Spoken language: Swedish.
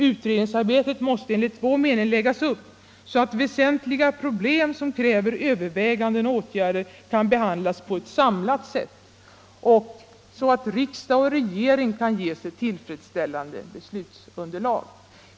Ut redningsarbetet måste enligt vår mening läggas upp så att väsentliga problem som kräver överväganden och åtgärder kan behandlas på ett samlat sätt och så att riksdag och regering ges ett tillfredsställande beslutsunderlag.